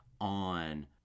on